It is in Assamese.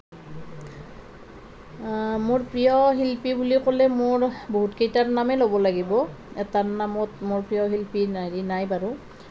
মোৰ প্ৰিয় শিল্পী বুলি ক'লে মোৰ বহুতকেইটাৰ নামেই ল'ব লাগিব এটাৰ নামত মোৰ প্ৰিয় শিল্পী্ৰ হেৰি নাই বাৰু